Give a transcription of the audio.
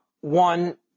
One